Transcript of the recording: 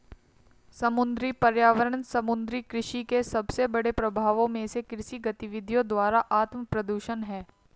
समुद्री पर्यावरण समुद्री कृषि के सबसे बड़े प्रभावों में से कृषि गतिविधियों द्वारा आत्मप्रदूषण है